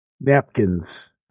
Napkins